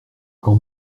quand